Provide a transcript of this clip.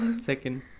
Second